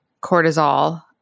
cortisol